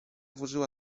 włożyła